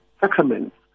sacraments